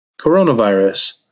coronavirus